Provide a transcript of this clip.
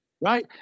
right